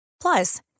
Plus